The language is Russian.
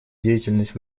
деятельность